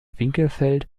winkelfeld